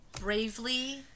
bravely